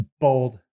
bold